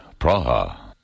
Praha